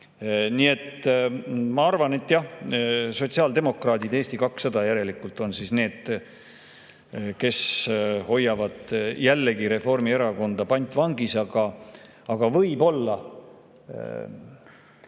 Nii et ma arvan, et jah, sotsiaaldemokraadid ja Eesti 200 järelikult on need, kes hoiavad jällegi Reformierakonda pantvangis. Võib-olla